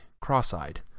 cross-eyed